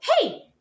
hey